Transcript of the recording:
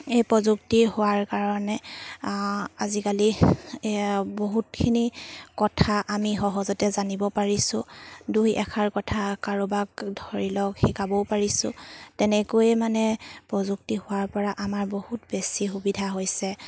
এই প্ৰযুক্তি হোৱাৰ কাৰণে আজিকালি বহুতখিনি কথা আমি সহজতে জানিব পাৰিছোঁ দুই এষাৰ কথা কাৰোবাক ধৰি লওক শিকাবও পাৰিছোঁ তেনেকৈয়ে মানে প্ৰযুক্তি হোৱাৰ পৰা আমাৰ বহুত বেছি সুবিধা হৈছে